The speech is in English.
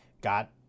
got